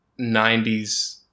90s